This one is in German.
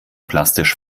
plastisch